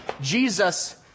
Jesus